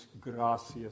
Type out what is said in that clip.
gracias